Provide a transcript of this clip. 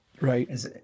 right